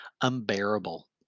unbearable